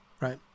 right